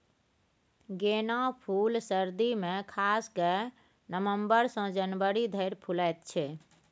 गेना फुल सर्दी मे खास कए नबंबर सँ जनवरी धरि फुलाएत छै